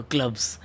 Clubs